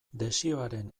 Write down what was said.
desioaren